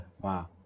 Wow